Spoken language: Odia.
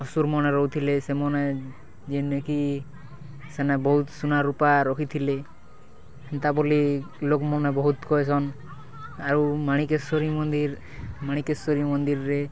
ଅସୁରମନେ ରହୁଥିଲେ ସେମାନେ ଯେନେ କି ସେନେ ବହୁତ ସୁନା ରୂପା ରଖିଥିଲେ ହେନ୍ତା ବୋଲି ଲୋକମାନେ ବହୁତ କହିସନ୍ ଆରୁ ମାଣିକେଶ୍ୱରୀ ମନ୍ଦିର୍ ମାଣିକେଶ୍ୱରୀ ମନ୍ଦିର୍ରେ